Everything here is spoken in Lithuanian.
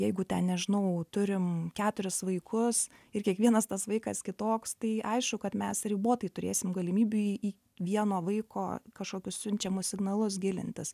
jeigu ten nežinau turim keturis vaikus ir kiekvienas tas vaikas kitoks tai aišku kad mes ribotai turėsim galimybių į į vieno vaiko kažkokius siunčiamus signalus gilintis